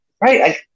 right